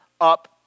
up